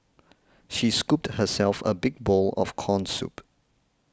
she scooped herself a big bowl of Corn Soup